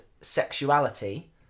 sexuality